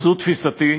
זו תפיסתי,